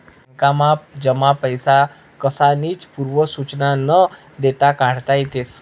बॅकमा जमा पैसा कसानीच पूर्व सुचना न देता काढता येतस